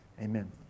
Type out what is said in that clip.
Amen